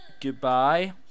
Goodbye